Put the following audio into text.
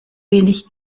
wenig